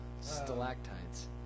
stalactites